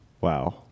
Wow